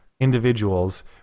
individuals